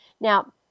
Now